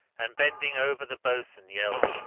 and bending over the boatswain, yelled,